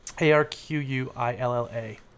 A-R-Q-U-I-L-L-A